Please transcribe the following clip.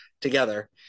together